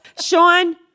Sean